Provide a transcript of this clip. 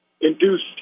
induced